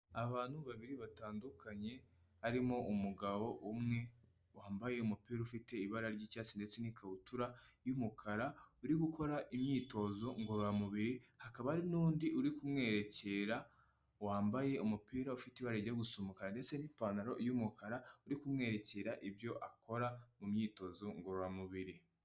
Abantu babiri batandukanye, harimo umugabo umwe wambaye umupira ufite ibara ry'icyatsi ndetse n'ikabutura y'umukara, uri gukora imyitozo ngororamubiri, hakaba n'undi uri kumwerekera wambaye umupira ufite ibara rijya gusa umukara, ndetse n'ipantaro y'umukara uri kumwerekera ibyo akora mu myitozo ngororamubiri.